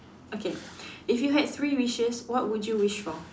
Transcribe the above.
okay if you had three wishes what would you wish for